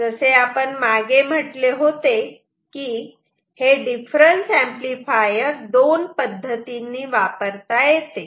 तर जसे आपण मागे म्हटले होते कि हे डिफरन्स एंपलीफायर दोन पद्धतींनी वापरता येते